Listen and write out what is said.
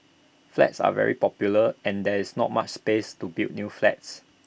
flats are very popular and there is not much space to build new flats